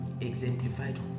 exemplified